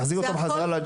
תחזירי אותו בחזרה?